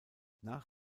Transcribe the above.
nach